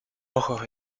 ojos